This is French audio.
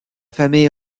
famille